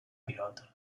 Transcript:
pilotos